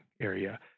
area